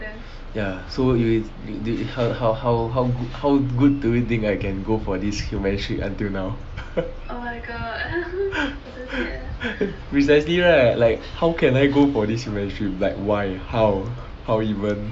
ya so you you you how how how how how good do you think I can go for this humanes trip until now precisely right like how can I go for this humanes trip like why how how even